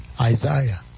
Isaiah